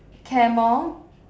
camel